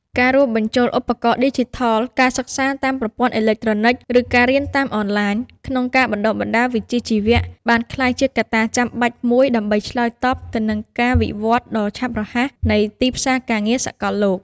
ការរួមបញ្ចូលឧបករណ៍ឌីជីថល ការសិក្សាតាមប្រព័ន្ធអេឡិចត្រូនិក ឬ ការរៀនតាមអនឡាញ ក្នុងការបណ្តុះបណ្តាលវិជ្ជាជីវៈ បានក្លាយជាកត្តាចាំបាច់មួយដើម្បីឆ្លើយតបទៅនឹងការវិវត្តដ៏ឆាប់រហ័សនៃទីផ្សារការងារសកលលោក។